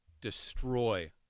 destroy